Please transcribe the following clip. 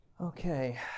Okay